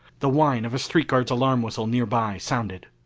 the whine of a street guard's alarm whistle nearby sounded.